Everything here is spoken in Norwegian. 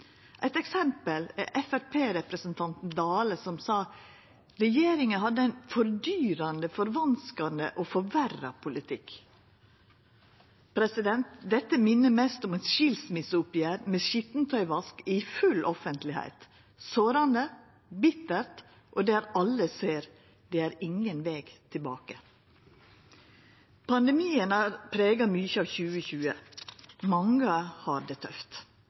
Eit eksempel er Framstegspartirepresentanten Dale, som sa at regjeringa hadde ein fordyrande, forvanskande og forverra politikk. Dette minner mest om eit skilsmisseoppgjer med skitentøyvask i full offentlegheit – sårande, bittert, der alle ser at det er ingen veg tilbake. Pandemien har prega mykje av 2020. Mange har det tøft.